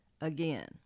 Again